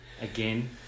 again